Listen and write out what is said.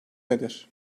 nedir